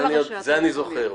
את זה אני עוד זוכר.